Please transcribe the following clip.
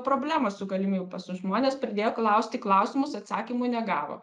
problemos su galimybių pasu žmonės pradėjo klausti klausimus atsakymų negavo